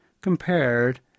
compared